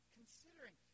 considering